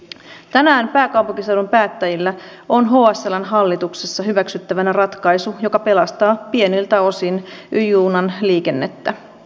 tänään pääkaupunkiseudun päättäjillä on hsln hallituksessa hyväksyttävänä ratkaisu joka pelastaa pieniltä osin y junan liikennettä